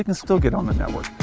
and still get on the network.